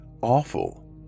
Awful